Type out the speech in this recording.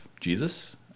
Jesus